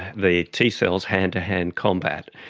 the t cells, hand-to-hand combat.